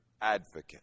advocate